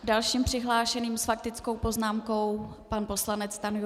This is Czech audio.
Dalším přihlášeným s faktickou poznámkou pan poslanec Stanjura.